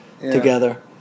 together